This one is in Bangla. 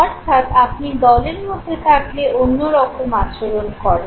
অর্থাৎ আপনি দলের মধ্যে থাকলে অন্যরকম আচরণ করেন